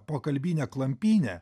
pokalbinė klampynė